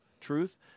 truth